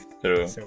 true